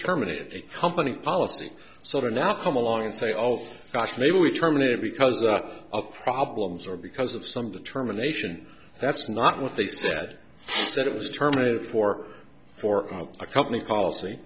the company policy so to now come along and say oh my gosh maybe we terminated because of problems or because of some determination that's not what they said that it was terminated for for a company policy